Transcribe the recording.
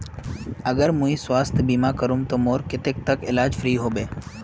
अगर मुई स्वास्थ्य बीमा करूम ते मोर कतेक तक इलाज फ्री होबे?